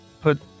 put